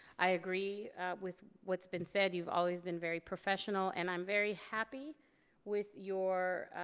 i agree with what's been said. you've always been very professional and i'm very happy with your